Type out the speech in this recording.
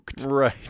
right